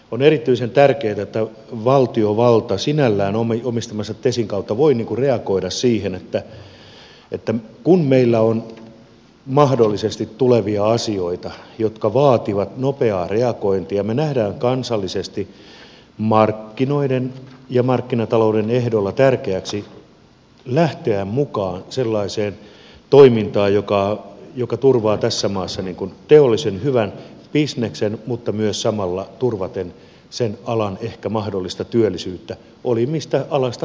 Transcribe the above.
on erityisen tärkeätä että valtiovalta sinällään omistamansa tesin kautta voi reagoida siihen että kun meillä on mahdollisesti tulevia asioita jotka vaativat nopeaa reagointia me näemme kansallisesti markkinoiden ja markkinatalouden ehdoilla tärkeäksi lähteä mukaan sellaiseen toimintaan joka turvaa tässä maassa teollisen hyvän bisneksen mutta myös samalla turvaten sen alan ehkä mahdollista työllisyyttä oli mistä alasta hyvänsä kysymys